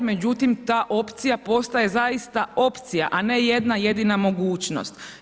Međutim ta opcija postaje zaista opcija, a ne jedna jedina mogućnost.